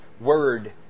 Word